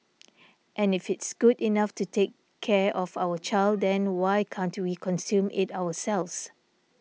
and if it's good enough to take care of our child then why can't we consume it ourselves